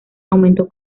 aumentó